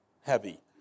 heavy